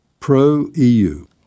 pro-EU